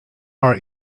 our